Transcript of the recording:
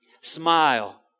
Smile